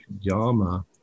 Yama